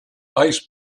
ice